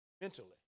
Mentally